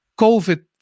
covid